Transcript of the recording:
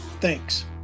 thanks